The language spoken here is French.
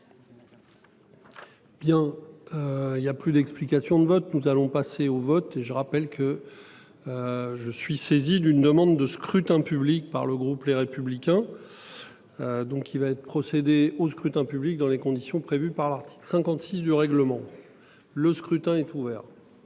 Bien. Il y a plus d'explications de vote, nous allons passer au vote et je rappelle que. Je suis saisi d'une demande de scrutin public par le groupe Les Républicains. Donc il va être procédé au scrutin public dans les conditions prévues par l'article 56 de règlement. Le scrutin est ouvert.